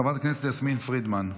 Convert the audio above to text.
חברת הכנסת יסמין פרידמן,